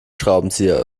schraubenzieher